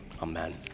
amen